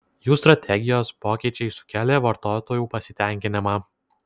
jų strategijos pokyčiai sukėlė vartotojų pasitenkinimą